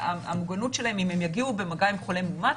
המוגנות שלהם, אם הם יגיעו במגע עם חולה מאומת,